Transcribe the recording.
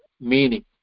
meaning